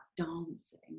dancing